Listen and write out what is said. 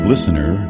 Listener